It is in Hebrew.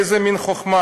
איזה מין חוכמה?